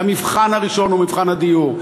והמבחן הראשון הוא מבחן הדיור.